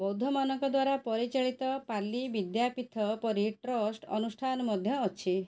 ବୌଦ୍ଧମାନଙ୍କ ଦ୍ୱାରା ପରିଚାଳିତ ପାଲି ବିଦ୍ୟାପିଥ ପରି ଟ୍ରଷ୍ଟ ଅନୁଷ୍ଠାନ ମଧ୍ୟ ଅଛି